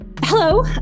hello